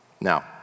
Now